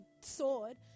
sword